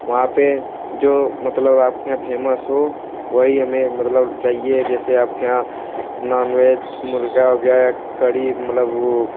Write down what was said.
वहाँ पे जो मतलब आपके यहाँ फेमस हो वही हमें मतलब चाहिए जैसे आपके यहाँ नॉनवेज मुर्गा हो गया कड़ी मतलब वो